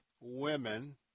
women